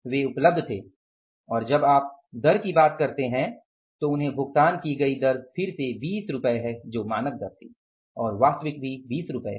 वे उपलब्ध थे और जब आप दर की बात करते हैं तो उन्हें भुगतान की गई दर फिर से 20 रुपये है जो मानक दर थी और वास्तविक भी 20 रुपये है